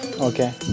Okay